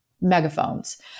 megaphones